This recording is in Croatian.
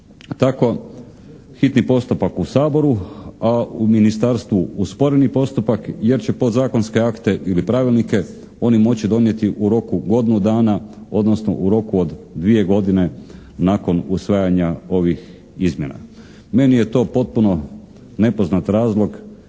Tako hitni postupak u Saboru, a u Ministarstvu usporeni postupak jer će podzakonske akte ili pravilnike oni moći donijeti u roku godinu dana odnosno u roku od dvije godine nakon usvajanja ovih izmjena. Meni je to potpuno nepoznat razlog